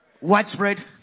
widespread